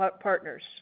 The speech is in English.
partners